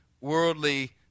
worldly